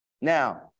now